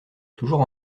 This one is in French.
toujours